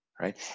right